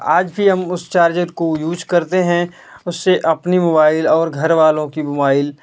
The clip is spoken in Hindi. आज भी हम उस चार्जर को यूज़ करते हैं उससे अपनी मोबाइल और घरवालों की मोबाइल